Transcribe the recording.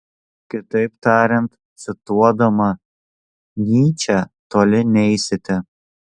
kitaip tariant cituodama nyčę toli neisite